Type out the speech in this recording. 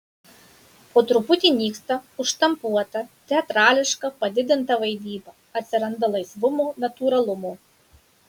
po truputį nyksta užštampuota teatrališka padidinta vaidyba atsiranda laisvumo natūralumo